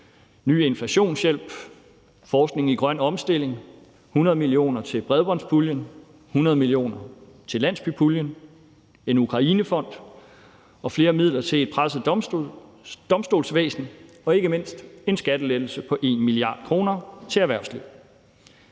ny inflationshjælp, forskning i grøn omstilling, 100 mio. kr. til bredbåndspuljen, 100 mio. kr. til landsbypuljen, en Ukrainefond, flere midler til et presset domstolsvæsen og ikke mindst en skattelettelse på 1 mia. kr. til erhvervslivet.